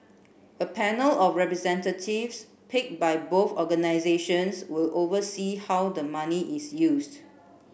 a panel of representatives picked by both organisations will oversee how the money is used